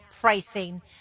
pricing